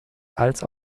als